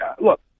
Look